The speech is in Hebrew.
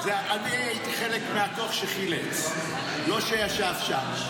אני הייתי חלק מהכוח שחילץ, לא שישב שם.